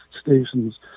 stations